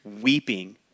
weeping